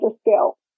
scale